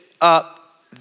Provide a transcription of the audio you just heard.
up